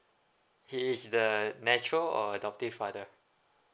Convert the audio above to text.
he is the natural or adoptive father